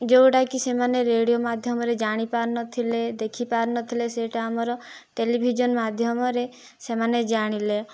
ଯୋଉ ଗୁଡ଼ାକି ସେମାନେ ରେଡ଼ିଓ ମାଧ୍ୟମରେ ଜାଣି ପାରୁନଥିଲେ ଦେଖି ପାରୁନଥିଲେ ସେଇଟା ଆମର ଟେଲିଭିଜନ୍ ମାଧ୍ୟମରେ ସେମାନେ ଜାଣିଲେ